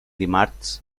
dimarts